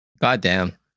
Goddamn